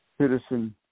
citizen